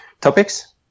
topics